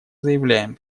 заявляем